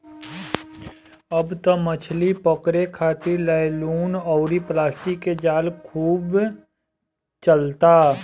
अब त मछली पकड़े खारित नायलुन अउरी प्लास्टिक के जाल खूब चलता